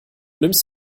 nimmst